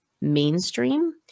mainstream